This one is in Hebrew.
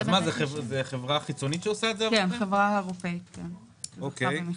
זו חברה אירופאית שעושה את זה, זכתה במכרז.